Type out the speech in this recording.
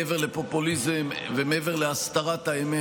מעבר לפופוליזם ומעבר להסתרת האמת,